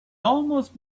almost